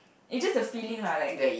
it just a feeling like